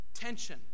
tension